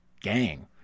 gang